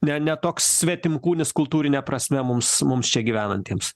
ne ne toks svetimkūnis kultūrine prasme mums mums čia gyvenantiems